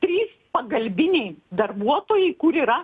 trys pagalbiniai darbuotojai kur yra